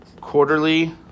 quarterly